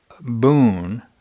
boon